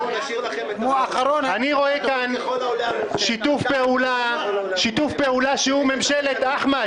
אני רואה כאן שיתוף פעולה שהוא ממשלת אחמד,